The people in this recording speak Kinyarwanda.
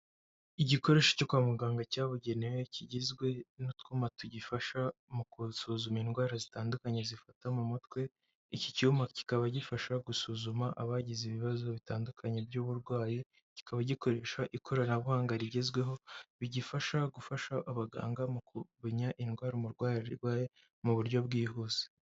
Igikoresho cyo kwa muganga cyabugenewe, kigizwe n'utwuma tugifasha mu kusuzuma indwara zitandukanye zifata mu mutwe, iki cyuyuma kikaba gifasha gusuzuma abagize ibibazo bitandukanye by'uburwayi, kikaba gikoresha ikoranabuhanga rigezweho, bigifasha gufasha abaganga mu kumenya indwara umurwayi arwaye, mu buryo bwihuse.